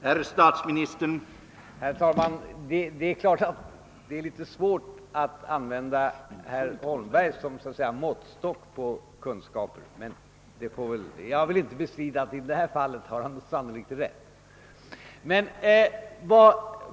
Herr talman! Det är självfallet en smula svårt att använda herr Holmberg som måttstock på regeringsledamöternas kunskaper, men jag vill inte bestrida att han i detta fall sannolikt har rätt.